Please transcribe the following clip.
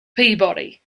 peabody